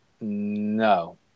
No